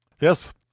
Yes